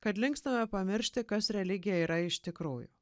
kad linkstama pamiršti kas religija yra iš tikrųjų